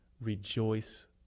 rejoice